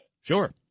Sure